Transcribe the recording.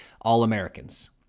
All-Americans